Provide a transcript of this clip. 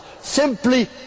simply